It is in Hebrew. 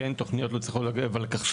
תוכניות לא צריכות לבוא לוולקחש"פ.